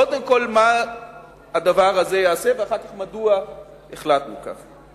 קודם כול, מה הדבר יעשה, ואחר כך, מדוע החלטנו כך.